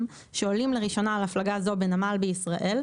שעולים לראשונה על הפלגה זו בנמל בישראל,